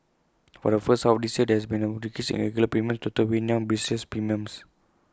for the first half of this year there has been A decrease in regular premiums total weighed new business premiums